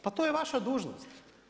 Pa to je vaša dužnost!